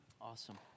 Awesome